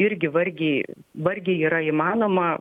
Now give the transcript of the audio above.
irgi vargiai vargiai yra įmanoma